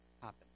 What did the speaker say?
happen